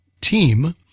team